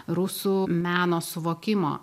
rusų meno suvokimo